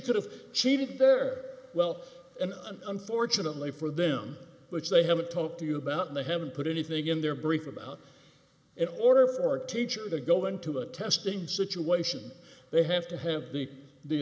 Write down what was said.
could have achieved their well and unfortunately for them which they haven't talked to you about the haven't put anything in their brief about it order for teacher to go into a testing situation they have to have the the